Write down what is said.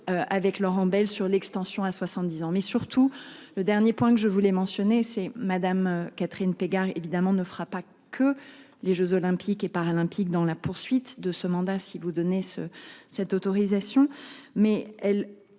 avec Laurent Bayle sur l'extension à 70 ans, mais surtout le dernier point que je voulais mentionner c'est Madame Catherine Pégard évidemment ne fera pas que les Jeux olympiques et paralympiques dans la poursuite de ce mandat, si vous donnez ce cette autorisation. Mais elle